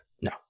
No